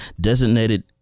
designated